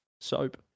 Soap